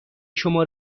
شما